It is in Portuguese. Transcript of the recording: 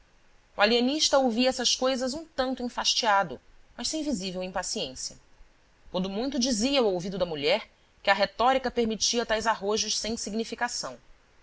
o alienista ouvia essas coisas um tanto enfastiado mas sem visível impaciência quando muito dizia ao ouvido da mulher que a retórica permitia tais arrojos sem significação